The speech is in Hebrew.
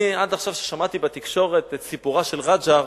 אני עד עכשיו, כששמעתי בתקשורת את סיפורה של רג'ר,